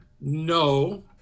No